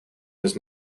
does